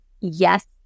yes